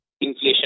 inflation